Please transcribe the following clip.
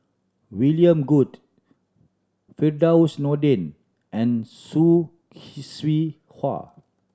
William Goode Firdaus Nordin and Hwa